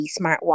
smartwatch